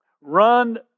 run